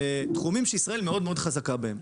תחומים שישראל מאוד מאוד חזקה בהם.